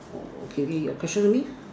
oh okay okay your question to me